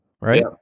right